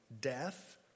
death